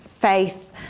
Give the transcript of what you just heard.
faith